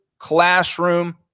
Classroom